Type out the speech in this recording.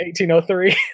1803